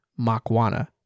makwana